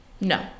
no